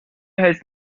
heißt